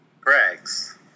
Greg's